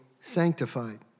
sanctified